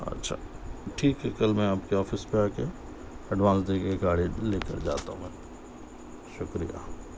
اچھا ٹھیک ہے کل میں آپ کے آفس پہ آکے ایڈوانس دے کے گاڑی لے کر جاتا ہوں میں شُکریہ